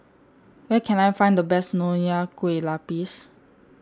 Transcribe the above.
Where Can I Find The Best Nonya Kueh Lapis